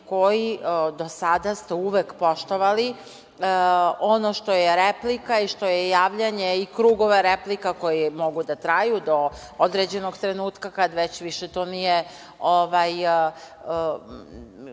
koji do sada ste uvek poštovali ono što je replika i što je javljanje i krugove replika koji mogu da traju do određenog trenutka kada već više to nije,